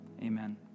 Amen